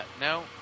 No